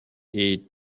est